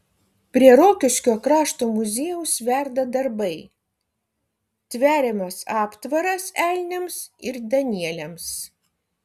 prie rokiškio krašto muziejaus verda darbai tveriamas aptvaras elniams ir danieliams